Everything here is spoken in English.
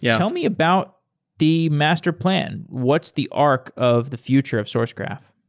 yeah tell me about the master plan. what's the arc of the future of sourcegraph?